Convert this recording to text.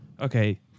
Okay